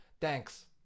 Thanks